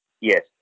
Yes